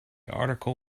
article